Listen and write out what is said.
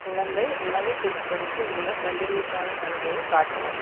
குழந்தை உணவு பொருட்களுக்கு உள்ள பண்டிகைக்கால சலுகையை காட்டவும்